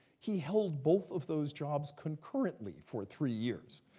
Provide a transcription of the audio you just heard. he held both of those jobs concurrently for three years.